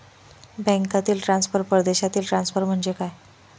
बँकांतील ट्रान्सफर, परदेशातील ट्रान्सफर म्हणजे काय?